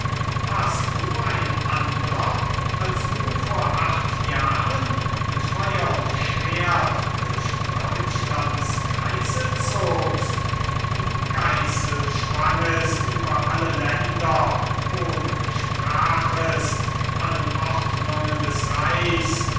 warst du ein andrer als du vor acht jahren mit feuer und schwert durch deutschlands kreise zogst die geißel schwangest über alle länder hohn sprachest allen ordnungen des reichs